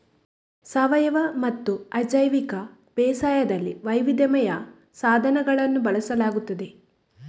ಸಾವಯವಮತ್ತು ಅಜೈವಿಕ ಬೇಸಾಯದಲ್ಲಿ ವೈವಿಧ್ಯಮಯ ಸಾಧನಗಳನ್ನು ಬಳಸಲಾಗುತ್ತದೆ